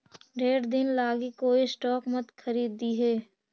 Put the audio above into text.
ढेर दिन लागी कोई स्टॉक मत खारीदिहें